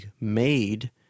made